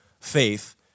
faith